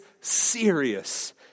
serious